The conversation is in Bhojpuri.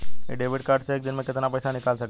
इ डेबिट कार्ड से एक दिन मे कितना पैसा निकाल सकत हई?